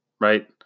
right